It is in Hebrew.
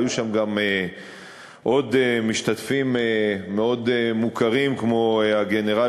היו שם גם עוד משתתפים מאוד מוכרים כמו הגנרל